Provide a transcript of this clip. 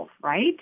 right